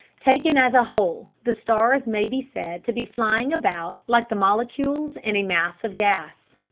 taken as a whole, the stars may be said to be flying about like the molecules in a mass of gas.